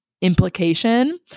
implication